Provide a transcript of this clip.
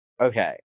Okay